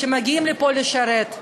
שמגיעים לפה לשרת.